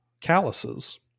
calluses